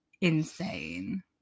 insane